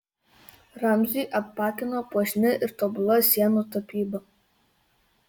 ramzį apakino puošni ir tobula sienų tapyba